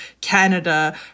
Canada